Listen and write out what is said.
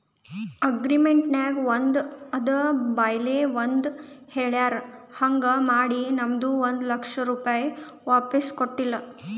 agreement ನಾಗ್ ಒಂದ್ ಅದ ಬಾಯ್ಲೆ ಒಂದ್ ಹೆಳ್ಯಾರ್ ಹಾಂಗ್ ಮಾಡಿ ನಮ್ದು ಒಂದ್ ಲಕ್ಷ ರೂಪೆ ವಾಪಿಸ್ ಕೊಟ್ಟಿಲ್ಲ